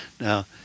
Now